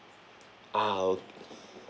ah o~